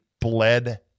bled